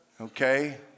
Okay